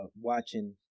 watching